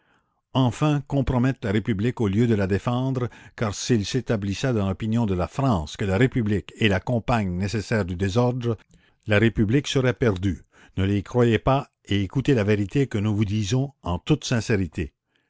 enfin compromettent la république au lieu de la défendre car s'il s'établissait dans l'opinion de la france que la république est la compagne nécessaire du la commune désordre la république serait perdue ne les croyez pas et écoutez la vérité que nous vous disons en toute sincérité